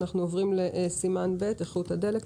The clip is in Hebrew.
אנחנו עוברים לסימן ב': איכות הדלק.